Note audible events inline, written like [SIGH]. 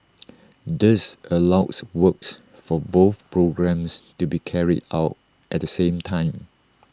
[NOISE] this allows works for both programmes to be carried out at the same time